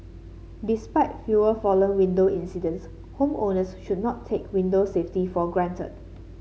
despite fewer fallen window incidents homeowners should not take window safety for granted